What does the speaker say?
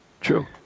True